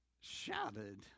Shouted